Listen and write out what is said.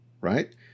right